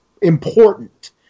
important